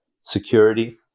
security